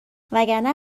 وگرنه